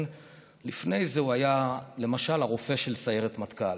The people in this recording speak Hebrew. לפני זה הוא היה למשל הרופא של סיירת מטכ"ל,